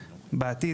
בעתיד,